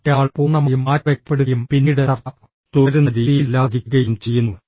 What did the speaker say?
മറ്റേയാൾ പൂർണ്ണമായും മാറ്റിവയ്ക്കപ്പെടുകയും പിന്നീട് ചർച്ച തുടരുന്ന രീതിയിലല്ലാതിരിക്കുകയും ചെയ്യുന്നു